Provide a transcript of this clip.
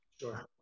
Sure